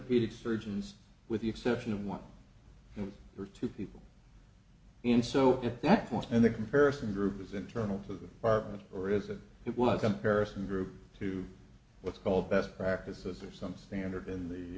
period surgeons with the exception of one or two people and so at that point in the comparison group is internal to the department or is that it was a comparison group to what's called best practices or some standard in the